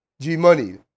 G-Money